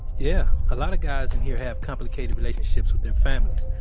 yeah. a lot of guys in here have complicated relationships with their families.